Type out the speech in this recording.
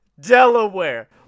Delaware